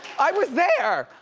i was there,